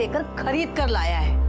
a goodbye.